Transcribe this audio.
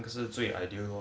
那是最 ideal lor